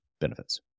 benefits